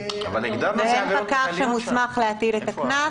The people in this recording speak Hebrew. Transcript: ואין פקח שמוסמך להטיל את הקנס.